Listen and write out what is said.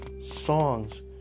songs